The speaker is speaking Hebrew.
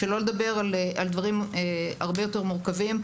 שלא נדבר על דברים הרבה יותר מורכבים.